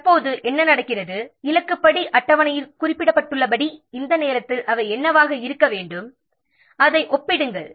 தற்போது என்ன நடக்கிறது இலக்குப்படி அட்டவணையில் குறிப்பிடப்பட்டுள்ளபடி இந்த நேரத்தில் அவை என்னவாக இருக்க வேண்டும் அதை ஒப்பிட வேண்டும்